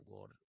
God